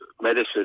medicine